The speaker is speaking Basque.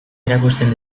erakusten